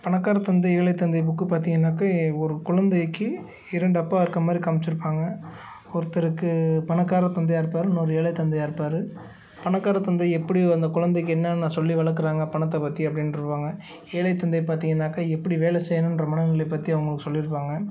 பணக்காரத் தந்தை ஏழைத் தந்தை புக்கு பார்த்திங்கன்னாக்க ஒரு குழந்தைக்கு இரண்டு அப்பா இருக்கற மாதிரி காமிச்சுருப்பாங்க ஒருத்தருக்கு பணக்கார தந்தையாக இருப்பாரு இன்னொரு ஏழை தந்தையாக இருப்பாரு பணக்கார தந்தை எப்படி அந்த குழந்தைக்கு என்னான்னா சொல்லி வளர்க்குறாங்க பணத்தை பற்றி அப்படின்ருவாங்க ஏழை தந்தை பார்த்திங்கன்னாக்க எப்படி வேலலை செய்யணுன்ற மனநில பற்றி அவங்களுக்கு சொல்லியிருப்பாங்க